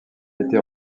été